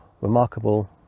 remarkable